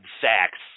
sacks